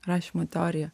rašymo teorija